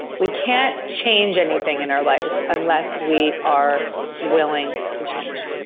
we can't change anything in our life unless we are willing to change.